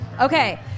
Okay